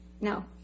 No